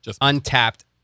Untapped